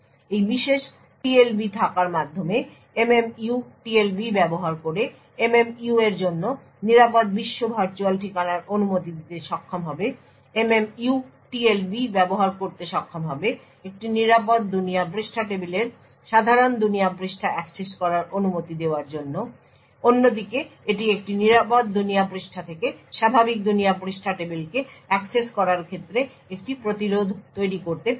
এই বিশেষ TLB থাকার মাধ্যমে MMU TLB ব্যবহার করে MMU এর জন্য নিরাপদ বিশ্ব ভার্চুয়াল ঠিকানার অনুমতি দিতে সক্ষম হবে MMU TLB ব্যবহার করতে সক্ষম হবে একটি নিরাপদ দুনিয়া পৃষ্ঠা টেবিলের সাধারণ দুনিয়া পৃষ্ঠা অ্যাক্সেস করার অনুমতি দেওয়ার জন্য অন্যদিকে এটি একটি নিরাপদ দুনিয়া পৃষ্ঠা থেকে স্বাভাবিক দুনিয়া পৃষ্ঠা টেবিলকে অ্যাক্সেস করার ক্ষেত্রে একটি প্রতিরোধ তৈরী করতে পারে